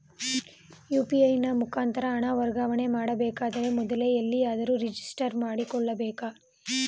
UPI ನ ಮುಖಾಂತರ ಹಣ ವರ್ಗಾವಣೆ ಮಾಡಬೇಕಾದರೆ ಮೊದಲೇ ಎಲ್ಲಿಯಾದರೂ ರಿಜಿಸ್ಟರ್ ಮಾಡಿಕೊಳ್ಳಬೇಕಾ?